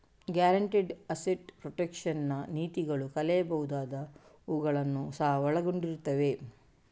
guaranteed asset protection ನ ನೀತಿಗಳು ಕಳೆಯಬಹುದಾದವುಗಳನ್ನು ಸಹ ಒಳಗೊಂಡಿರುತ್ತವೆ